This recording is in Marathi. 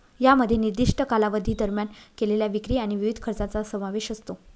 यामध्ये निर्दिष्ट कालावधी दरम्यान केलेल्या विक्री आणि विविध खर्चांचा समावेश असतो